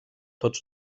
tots